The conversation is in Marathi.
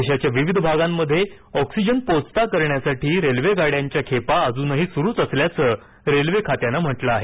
देशाच्या विविध भागांमध्ये ऑक्सिजन पोहोचता करण्यासाठी रेल्वे गाड्यांच्या खेपा अजूनही सुरूच असल्याचं रेल्वे खात्यानं म्हटलं आहे